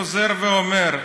ולכן אני חוזר ואומר: